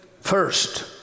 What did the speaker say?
first